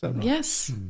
Yes